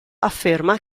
afferma